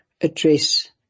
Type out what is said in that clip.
address